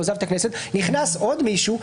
נכנס עוד מישהו,